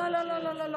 לא לא לא,